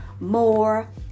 more